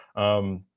um,